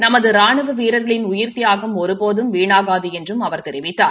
நமது ராணுவ வீரர்களின் உயிர்த்தியாகம் ஒருபோதும் வீணாகாது என்றும் அவர் கூறினார்